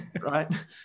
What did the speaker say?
right